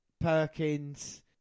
Perkins